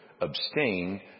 Abstain